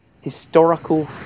historical